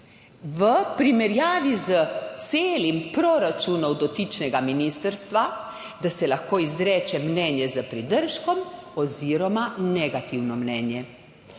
v primerjavi s celim proračunov dotičnega ministrstva, da se lahko izreče mnenje s pridržkom oziroma negativno mnenje,